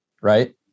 right